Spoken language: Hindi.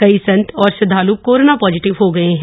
कई संत और श्रद्धाल् कोरोना पॉजिटिव हो गए हैं